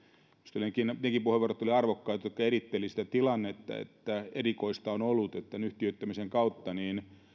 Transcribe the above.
viitattu nekin puheenvuorot olivat arvokkaita jotka erittelivät sitä tilannetta että erikoista on ollut että tämän yhtiöittämisen kautta